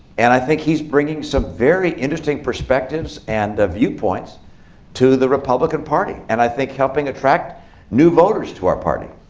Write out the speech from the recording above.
and i think he's bringing some very interesting perspectives and viewpoints to the republican party. and i think helping attract new voters to our party.